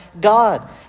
God